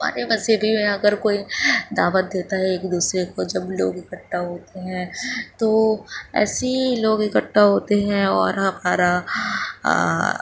ہمارے مذہبی میں اگر کوئی دعوت دیتا ہے ایک دوسرے کو جب لوگ اکٹھا ہوتے ہیں تو ایسے ہی لوگ اکٹھا ہوتے ہیں اور ہمارا